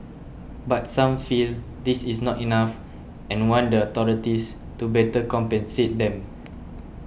but some feel this is not enough and want the authorities to better compensate them